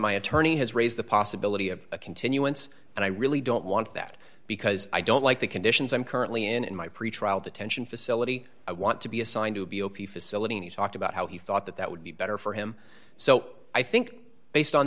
my attorney has raised the possibility of a continuance and i really don't want that because i don't like the conditions i'm currently in in my pretrial detention facility i want to be assigned to be o p facility and he talked about how he thought that that would be better for him so i think based on